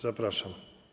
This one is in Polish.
Zapraszam.